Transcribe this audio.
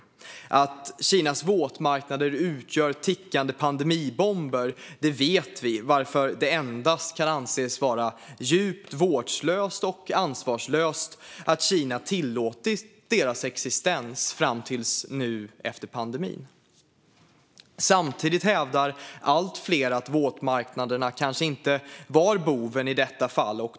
Vi vet att Kinas våtmarknader utgör tickande pandemibomber, varför det endast kan anses djupt vårdslöst och ansvarslöst att Kina har tillåtit deras existens fram till nu, efter pandemin. Samtidigt hävdar allt fler att våtmarknaderna kanske inte var boven i detta fall.